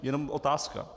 Jenom otázka.